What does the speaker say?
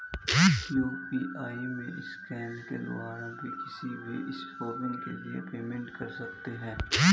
UPI में scanner के द्वारा भी किसी भी शॉपिंग के लिए पेमेंट कर सकते है